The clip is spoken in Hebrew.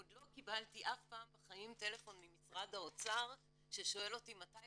עוד לא קיבלתי אף פעם טלפון ממשרד האוצר ששואל אותי "מתי